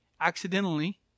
accidentally